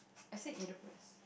I said Oedipus